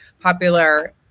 popular